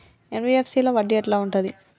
NBFC లో వడ్డీ ఎట్లా ఉంటది?